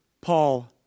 Paul